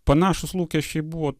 panašūs lūkesčiai buvo